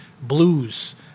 Blues